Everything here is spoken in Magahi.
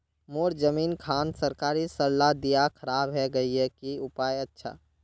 मोर जमीन खान सरकारी सरला दीया खराब है गहिये की उपाय अच्छा?